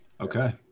Okay